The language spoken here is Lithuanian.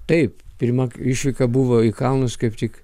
taip pirma išvyka buvo į kalnus kaip tik